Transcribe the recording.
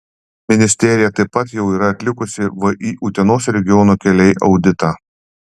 ministerija taip pat jau yra atlikusi vį utenos regiono keliai auditą